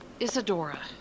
Isadora